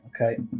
Okay